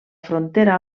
frontera